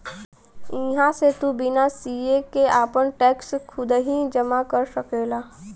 इहां से तू बिना सीए के आपन टैक्स खुदही जमा कर सकला